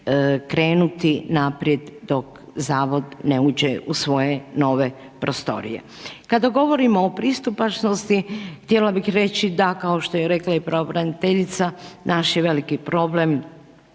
krenuti naprijed dok Zavod ne uđe u svoje nove prostorije. Kada govorimo o pristupačnosti, htjela bih reći da kao što je rekla i pravobraniteljica naš je veliki problem